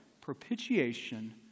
Propitiation